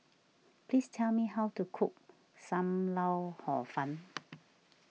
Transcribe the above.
please tell me how to cook Sam Lau Hor Fun